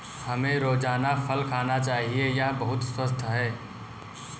हमें रोजाना फल खाना चाहिए, यह बहुत स्वस्थ है